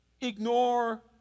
ignore